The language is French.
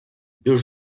deux